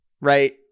right